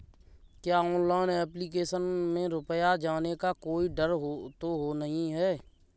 क्या online application में रुपया जाने का कोई डर तो नही है?